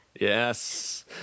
Yes